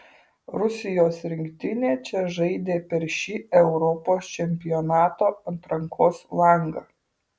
rusijos rinktinė čia žaidė per šį europos čempionato atrankos langą